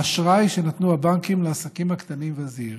באשראי שנתנו הבנקים לעסקים הקטנים והזעירים.